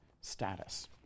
status